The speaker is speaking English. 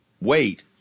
wait